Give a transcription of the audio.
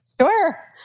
Sure